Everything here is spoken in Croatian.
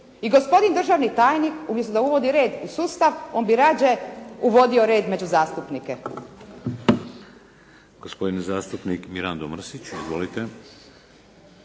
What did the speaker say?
I gospodin državni tajnik, umjesto da uvodi red u sustav, on bi radije uvodio red među zastupnike.